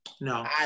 no